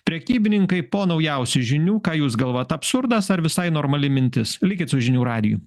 prekybininkai po naujausių žinių ką jūs galvojat absurdas ar visai normali mintis likit su žinių radiju